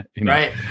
Right